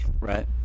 Right